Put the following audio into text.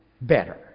better